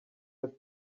have